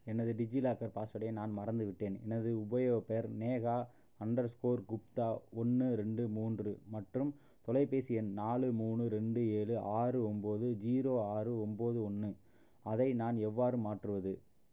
எனது டிஜிலாக்கர் பாஸ்வேர்டை நான் மறந்துவிட்டேன் எனது உபயோகப் பெயர் நேஹா அண்டர் ஸ்கோர் குப்தா ஒன்று ரெண்டு மூன்று மற்றும் தொலைபேசி எண் நாலு மூணு ரெண்டு ஏழு ஆறு ஒம்பது ஜீரோ ஆறு ஒம்பது ஒன்னு அதை நான் எவ்வாறு மாற்றுவது